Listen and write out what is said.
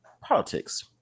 Politics